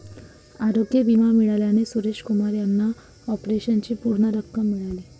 आरोग्य विमा मिळाल्याने सुरेश कुमार यांना ऑपरेशनची पूर्ण रक्कम मिळाली